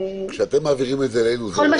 כשאתם מעבירים את זה אלינו --- כל מה